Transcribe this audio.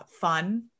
fun